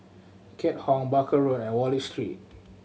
Keat Hong Barker Road and Wallich Street